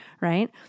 Right